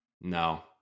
No